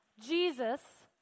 Jesus